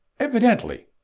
evidently?